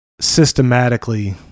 systematically